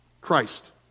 Christ